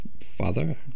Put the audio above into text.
father